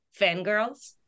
fangirls